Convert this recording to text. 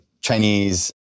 Chinese